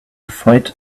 fight